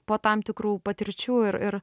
po tam tikrų patirčių ir ir